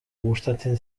gustatzen